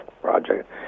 project